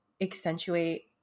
accentuate